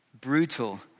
brutal